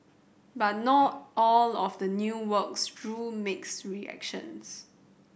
but not all of the new works drew mixed reactions